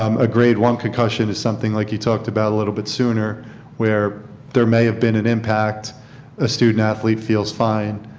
um a grade one concussion is something like you talked about a little bit sooner where there may have been an impact a student athlete feels fine,